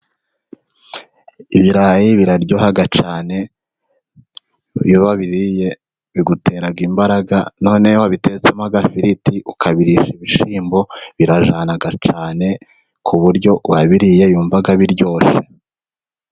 Ibirayi biraryoha cyane, iyo wabiriye bigutera imbaraga noneho bitetsemo agafiriti ukabirisha ibishimbo birajyana cyane, ku buryo uwabiriya yumva biryoshye.